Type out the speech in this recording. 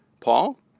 Paul